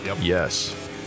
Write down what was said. Yes